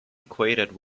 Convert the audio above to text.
equated